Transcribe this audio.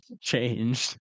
changed